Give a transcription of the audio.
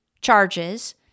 charges